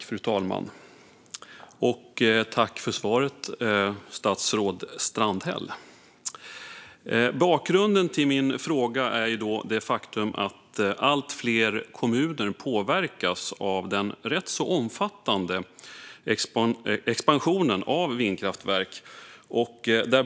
Fru talman! Tack för svaret, statsrådet Strandhäll! Bakgrunden till min fråga är faktumet att allt fler kommuner påverkas av den rätt omfattande expansionen av vindkraftverk.